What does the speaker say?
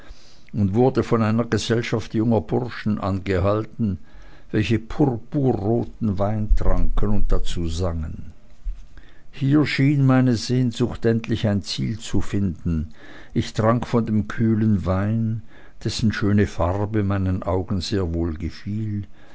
und wurde von einer gesellschaft junger burschen angehalten welche purpurroten wein tranken und dazu sangen hier schien meine sehnsucht endlich ein ziel zu finden ich trank von dem kühlen wein dessen schöne farbe meinen augen sehr wohl gefiel